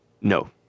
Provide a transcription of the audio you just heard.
No